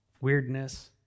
weirdness